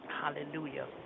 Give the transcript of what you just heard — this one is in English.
Hallelujah